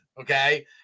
Okay